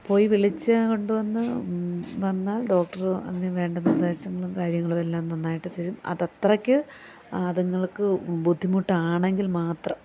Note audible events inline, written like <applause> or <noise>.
പോയി വിളിച്ച് കൊണ്ടുവന്ന് വന്നാൽ ഡോക്ടര് അതിന് വേണ്ടുന്ന <unintelligible> കളും കാര്യങ്ങളും എല്ലാം നന്നായിട്ട് തരും അത് അത്രയ്ക്ക് അതിങ്ങൾക്ക് ബുദ്ധിമുട്ടാണെങ്കിൽ മാത്രം